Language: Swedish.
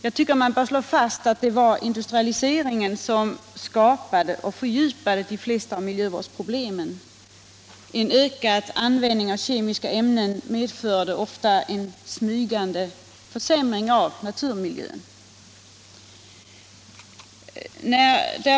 Jag tycker att vi bör slå fast att det var industrialiseringen som skapade och fördjupade de flesta av miljövårdsproblemen. En ökad användning av kemiska ämnen medförde ofta en smygande försämring av naturmiljön.